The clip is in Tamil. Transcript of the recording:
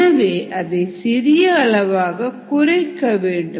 எனவே அதை சிறிய அளவாக குறைக்க வேண்டும்